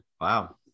Wow